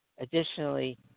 Additionally